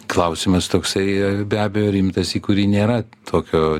klausimas toksai be abejo rimtas į kurį nėra tokio